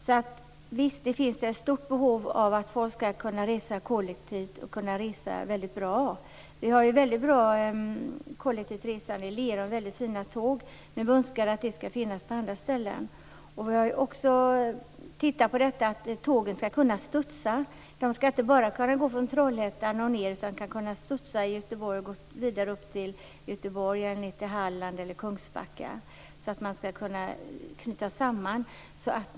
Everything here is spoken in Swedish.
Människor har alltså ett stort behov av att kunna resa bra kollektivt. Vi har ju väldigt bra kollektivt resande i Lerum med fina tåg. Men vi önskar att det skall finnas på andra ställen. Och tågen skall kunna så att säga studsa - de skall inte bara gå från Trollhättan direkt till Göteborg utan skall kunna studsa i Göteborg och kunna gå vidare ned till Halland eller till Kungsbacka.